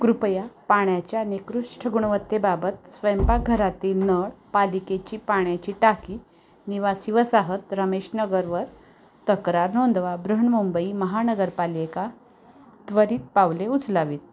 कृपया पाण्याच्या निकृष्ट गुणवत्तेबाबत स्वयंपाकघरातील नळ पालिकेची पाण्याची टाकी निवासी वसाहत रमेश नगरवर तक्रार नोंदवा बृहन्मुंबई महानगरपालिका त्वरित पावले उचलावीत